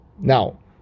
Now